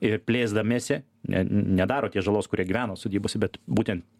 ir plėsdamiesi ne nedaro tie žalos kurie gyvena sodybose bet būtent